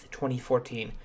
2014